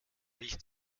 nicht